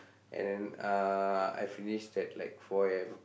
and then uh I finished at like four A_M